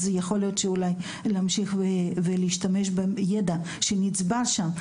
אז יכול להיות אולי להמשיך ולהשתמש בידע שנצבר שם.